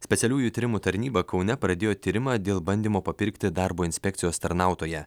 specialiųjų tyrimų tarnyba kaune pradėjo tyrimą dėl bandymo papirkti darbo inspekcijos tarnautoją